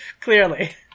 Clearly